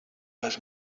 was